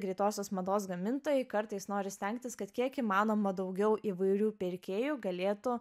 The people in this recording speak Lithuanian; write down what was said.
greitosios mados gamintojai kartais norisi stengtis kad kiek įmanoma daugiau įvairių pirkėjų galėtų